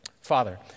Father